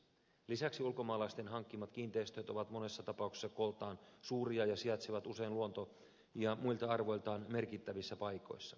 lisäksi ulkomaalaisten hankkimat kiinteistöt ovat monessa tapauksessa kooltaan suuria ja sijaitsevat usein luonto ja muilta arvoiltaan merkittävissä paikoissa